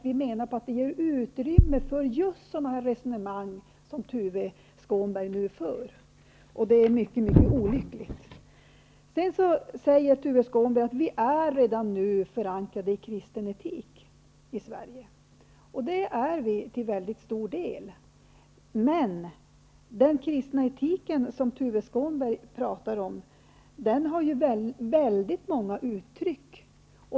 Vi menar att de ger utrymme för just sådana resonemang som Tuve Skånberg nu för, och det är mycket olyckligt. Sedan säger Tuve Skånberg att vi i Sverige redan nu är förankrade i kristen etik. Det är vi till mycket stor del, men den kristna etik som Tuve Skånberg talar om har kommit att få väldigt många uttryck.